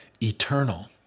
eternal